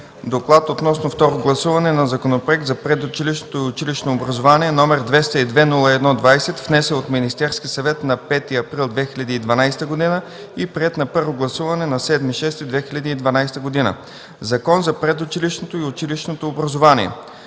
„ДОКЛАД относно второ гласуване на Законопроект за предучилищното и училищното образование, № 202-01-20, внесен от Министерския съвет на 5 април 2012 г. и приет на първо гласуване на 7 юни 2012 г. „Закон за предучилищното и училищното образование”.